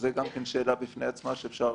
זו גם שאלה בפני עצמה שאפשר